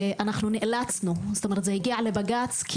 זה הגיע לבג"ץ,